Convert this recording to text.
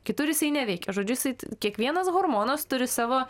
kitur jisai neveikia žodžiu jisai kiekvienas hormonas turi savo